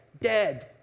dead